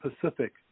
Pacific